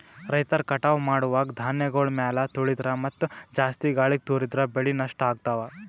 ರೈತರ್ ಕಟಾವ್ ಮಾಡುವಾಗ್ ಧಾನ್ಯಗಳ್ ಮ್ಯಾಲ್ ತುಳಿದ್ರ ಮತ್ತಾ ಜಾಸ್ತಿ ಗಾಳಿಗ್ ತೂರಿದ್ರ ಬೆಳೆ ನಷ್ಟ್ ಆಗ್ತವಾ